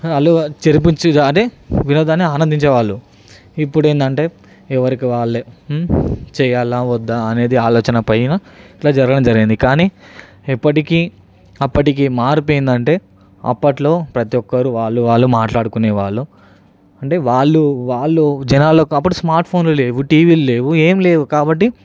వాళ్ళు జరిపించగానే వినోదాన్ని ఆనందించేవాళ్ళు ఇప్పుడు ఏంటంటే ఎవరికి వాళ్ళు చేయాలా వద్దా అనేది ఆలోచన పైన ఇట్లా జరగడం జరిగింది కానీ ఇప్పటికి అప్పటికి మార్పేందంటే అప్పట్లో ప్రతి ఒక్కరు వాళ్ళు వాళ్ళు మాట్లాడుకునే వాళ్ళు అంటే వాళ్ళు వాళ్ళు జనాలకి అప్పట్లో స్మార్ట్ ఫోన్లు లేవు టీవీలు లేవు ఏం లేవు కాబట్టి